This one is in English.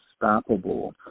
unstoppable